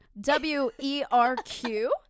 W-E-R-Q